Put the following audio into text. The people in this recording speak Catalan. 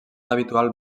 habitual